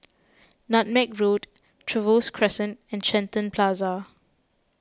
Nutmeg Road Trevose Crescent and Shenton Plaza